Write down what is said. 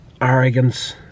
arrogance